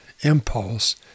impulse